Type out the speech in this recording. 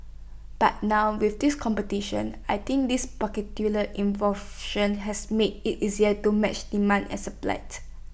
but now with this competition I think this particular has made IT easier to match demand and supplied